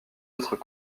autres